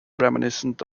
reminiscent